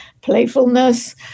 playfulness